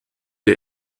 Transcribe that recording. der